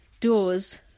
doors